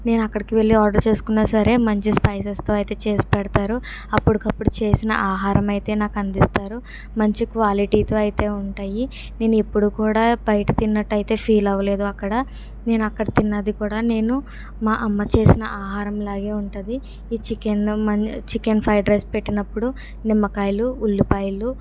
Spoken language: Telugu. నేను అక్కడికి వెళ్ళి ఆర్డర్ చేసుకున్నా సరే మంచి స్పైసస్తో అయితే చేసి పెడతారు అప్పటికప్పుడు చేసిన ఆహారమైతే నాకు అందిస్తారు మంచి క్వాలిటీతో అయితే ఉంటాయి నేను ఎప్పుడు కూడా బయట తిన్నట్టు అయితే ఫీల్ అవలేదు అక్కడ నేను అక్కడ తిన్నది కూడా నేను మా అమ్మ చేసిన ఆహారంలాగే ఉంటుంది ఈ చికెన్ మన చికెన్ ఫ్రైడ్ రైస్ పెట్టినప్పుడు నిమ్మకాయలు ఉల్లిపాయలు